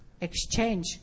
exchange